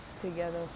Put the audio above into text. together